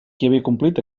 complit